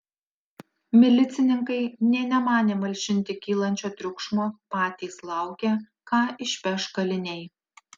milicininkai nė nemanė malšinti kylančio triukšmo patys laukė ką išpeš kaliniai